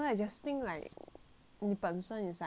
你本身 is like a funny person lor